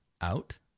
out